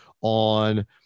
on